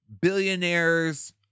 billionaires